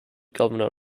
governor